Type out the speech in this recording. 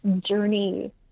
journey